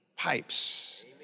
Pipes